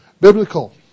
biblical